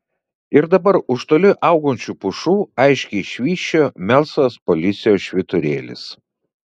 ir dabar už toli augančių pušų aiškiai švysčiojo melsvas policijos švyturėlis